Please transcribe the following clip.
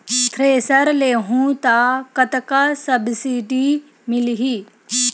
Thresher लेहूं त कतका सब्सिडी मिलही?